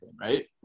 right